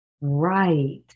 Right